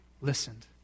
Listened